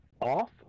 off